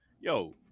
Yo